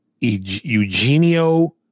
Eugenio